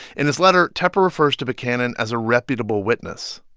in his letter, tepper refers to buchanan as a reputable witness.